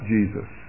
Jesus